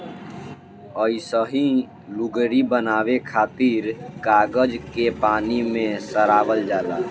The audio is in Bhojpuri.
अइसही लुगरी बनावे खातिर कागज के पानी में सड़ावल जाला